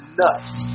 nuts